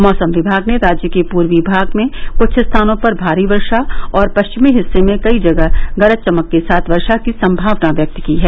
मौसम विभाग ने राज्य के पूर्वी भाग में कुछ स्थानों पर भारी वर्षा और पश्चिमी हिस्से में कई जगह है गरज चमक के साथ वर्षा की संभावना व्यक्त की है